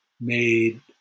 made